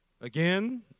Again